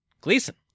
Gleason